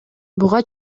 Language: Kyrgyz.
буга